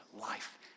life